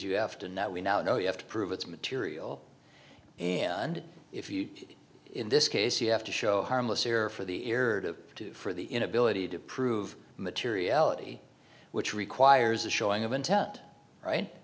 you have to now we now know you have to prove its material and if you did in this case you have to show harmless error for the error to do for the inability to prove materiality which requires a showing of intent right